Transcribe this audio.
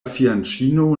fianĉino